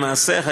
למעשה,